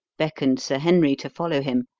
beckoned sir henry to follow him,